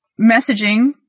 messaging